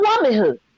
womanhood